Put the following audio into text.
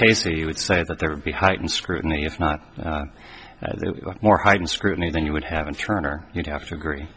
basically you would say that there would be heightened scrutiny if not more heightened scrutiny than you would have in turn or you'd have to agree